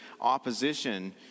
opposition